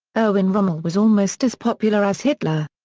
erwin rommel was almost as popular as hitler.